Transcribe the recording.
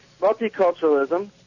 Multiculturalism